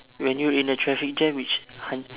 when you in a traffic jam which hu~